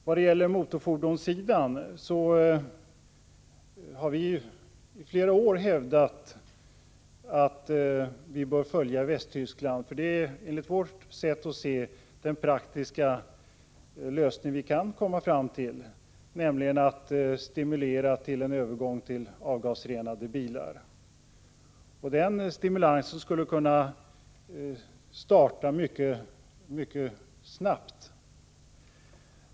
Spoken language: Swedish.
Vad gäller motorfordonssidan har vi i flera år hävdat att Sverige bör följa Västtyskland, dvs. stimulera till en övergång till avgasrenade bilar. Det är enligt vårt sätt att se den praktiska lösning som det går att komma fram till. Den stimulansen skulle kunna starta mycket snabbt.